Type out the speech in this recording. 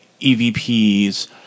evps